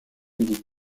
midi